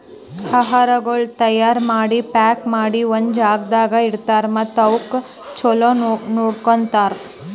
ಆಹಾರಗೊಳ್ ತೈಯಾರ್ ಮಾಡಿ, ಪ್ಯಾಕ್ ಮಾಡಿ ಒಂದ್ ಜಾಗದಾಗ್ ಇಡ್ತಾರ್ ಮತ್ತ ಅವುಕ್ ಚಲೋ ನೋಡ್ಕೋತಾರ್